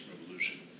revolution